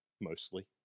mostly